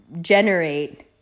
generate